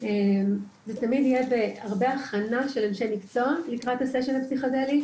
זה תמיד יהיה בהרבה הכנה של אנשי מקצוע לקראת הסשן הפסיכדלי,